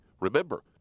Remember